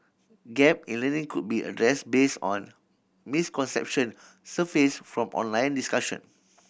gap in learning could be addressed based on misconception surfaced from online discussion